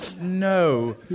no